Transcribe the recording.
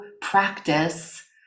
practice